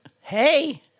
Hey